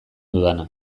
dudana